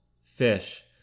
fish